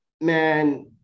man